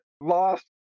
lost